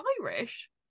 Irish